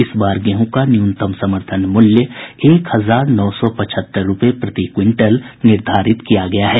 इस बार गेहूँ का न्यूनतम समर्थन मूल्य एक हजार नौ सौ पचहत्तर रूपये प्रति क्विंटल निर्धारित किया है